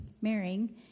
marrying